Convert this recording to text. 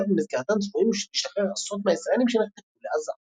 עסקאות במסגרתן צפויים להשתחרר עשרות מהישראלים שנחטפו לעזה.